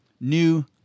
new